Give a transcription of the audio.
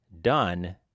Done